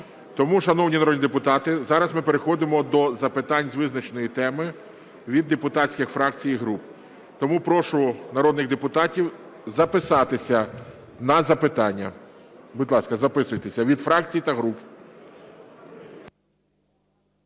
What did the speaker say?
Тому, шановні народні депутати, зараз ми переходимо до запитань з визначеної теми від депутатських фракцій і груп. Тому прошу народних депутатів записатися на запитання. Будь ласка, записуйтесь від фракцій та груп.